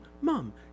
Mom